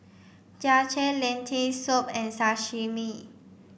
Japchae Lentil soup and Sashimi